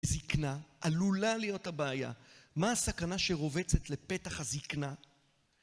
זקנה עלולה להיות הבעיה, מה הסכנה שרובצת לפתח הזקנה?